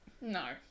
No